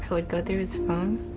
would go through his phone